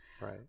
right